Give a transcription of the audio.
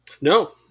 No